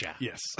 Yes